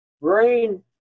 brain